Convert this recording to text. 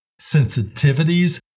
sensitivities